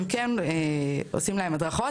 הם כן עושים להם הדרכות,